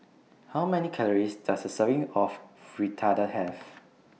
How Many Calories Does A Serving of Fritada Have